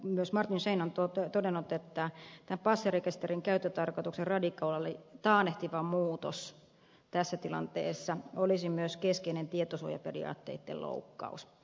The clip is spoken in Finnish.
myös martin scheinin on todennut että passirekisterin käyttötarkoituksen radikaali taannehtiva muutos tässä tilanteessa olisi myös keskeinen tietosuojaperiaatteitten loukkaus